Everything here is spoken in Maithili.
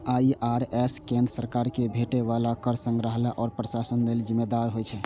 आई.आर.एस केंद्र सरकार कें भेटै बला कर के संग्रहण आ प्रशासन लेल जिम्मेदार होइ छै